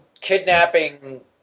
kidnapping